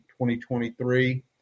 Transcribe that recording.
2023